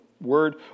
word